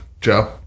Joe